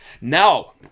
Now